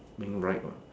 being right what